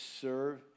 serve